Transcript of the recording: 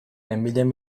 nenbilen